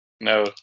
No